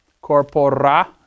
corpora